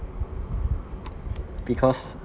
because